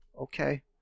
okay